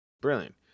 brilliant